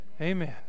Amen